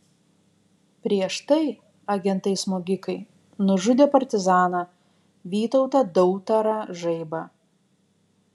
prieš tai agentai smogikai nužudė partizaną vytautą dautarą žaibą